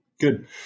Good